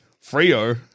Frio